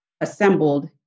assembled